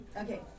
Okay